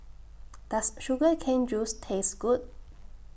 Does Sugar Cane Juice Taste Good